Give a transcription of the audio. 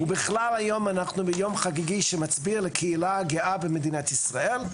ובכלל היום אנחנו ביום חגיגי שמצביע על הקהילה הגאה במדינת ישראל,